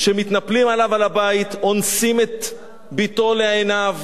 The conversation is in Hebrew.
מתנפלים עליו, על הבית, אונסים את בתו לעיניו